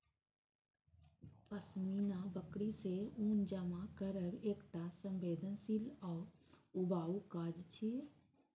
पश्मीना बकरी सं ऊन जमा करब एकटा संवेदनशील आ ऊबाऊ काज छियै